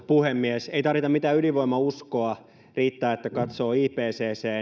puhemies ei tarvita mitään ydinvoimauskoa riittää että katsoo ipccn